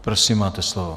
Prosím, máte slovo.